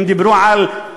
הם דיברו על, ת'קאפה,